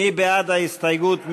מי בעד ההסתייגות?